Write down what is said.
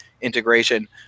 integration